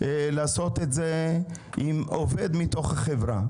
לעשות את זה עם עובד מתוך החברה.